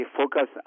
focus